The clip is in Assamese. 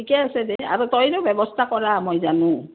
ঠিকে আছে দে আৰু তইও ব্যৱস্থা কৰা মই জানোঁ